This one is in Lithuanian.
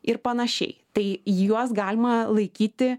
ir panašiai tai juos galima laikyti